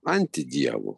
anti dievu